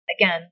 again